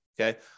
Okay